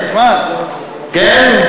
כן?